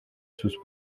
sus